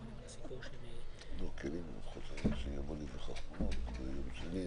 אז תגיד פחות או יותר מה התנאים.